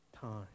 time